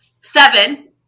Seven